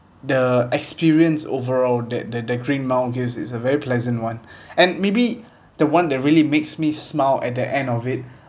the experience overall that that the green mile view is a very pleasant one and maybe the one that really makes me smile at the end of it